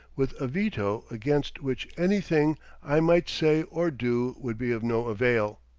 with a veto against which anything i might say or do would be of no avail!